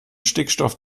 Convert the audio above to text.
stickstoff